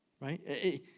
Right